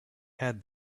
had